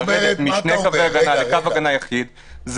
לדבר על קו הגנה יחיד,